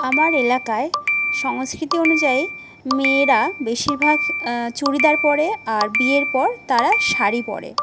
আমার এলাকায় সংস্কৃতি অনুযায়ী মেয়েরা বেশিরভাগ চুড়িদার পরে আর বিয়ের পর তারা শড়ি পরে